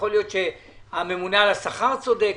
יכול להיות שהממונה על השכר צודק,